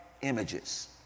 images